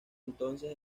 entonces